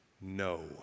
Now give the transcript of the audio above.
no